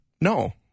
no